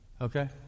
okay